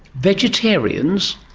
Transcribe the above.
vegetarians?